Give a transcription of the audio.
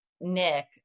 Nick